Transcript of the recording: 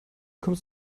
kommst